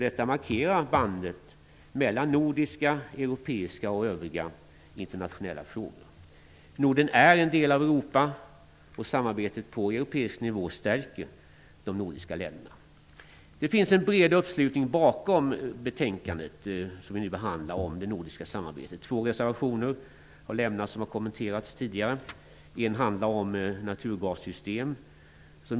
Detta markerar bandet mellan nordiska, europeiska och övriga internationella frågor. Norden är en del av Europa, och samarbetet på europeisk nivå stärker de nordiska länderna. Det finns en bred uppslutning bakom betänkandet om det nordiska samarbetet som vi nu behandlar. Två reservationer har fogats till betänkandet. Dessa har tidigare kommenterats. En reservation handlar om naturgassystem.